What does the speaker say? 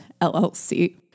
LLC